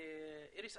איריס,